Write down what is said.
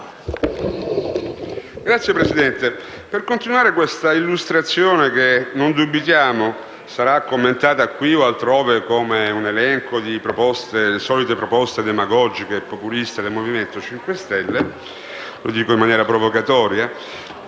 Signor Presidente, per continuare questa illustrazione, che non dubitiamo sarà commentata qui o altrove come un elenco di solite proposte demagogiche e populiste del Movimento 5 Stelle - lo dico in maniera provocatoria